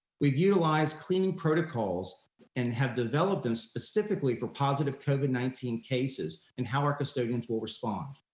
we've utilized cleaning protocols and have developed them specifically for positive covid nineteen cases and how our custodians will respond.